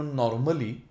normally